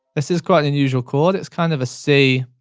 this is quite an unusual chord. it's kind of a c